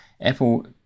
Apple